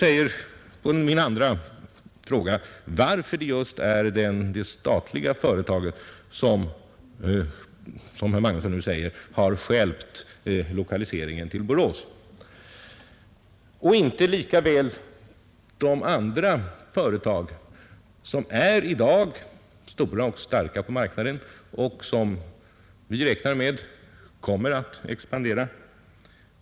Varför tror herr Magnusson att det just är det statliga företaget som stjälpt lokaliseringen till Borås och inte lika väl de andra företag som är stora och starka på marknaden och som vi räknar med kommer att expandera?